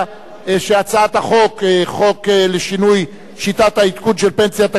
ההצעה להעביר את הצעת חוק לשינוי שיטת העדכון של פנסיה תקציבית,